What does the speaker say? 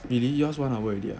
really yours one hour already ah